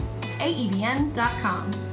aebn.com